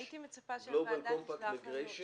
הייתי מצפה שהוועדה תשלח לנו,